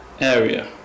area